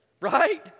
Right